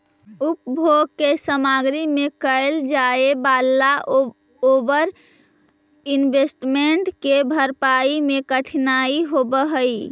उपभोग के सामग्री में कैल जाए वालला ओवर इन्वेस्टमेंट के भरपाई में कठिनाई होवऽ हई